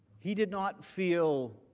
he did not feel